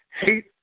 hate